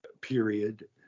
period